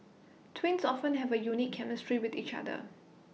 twins often have A unique chemistry with each other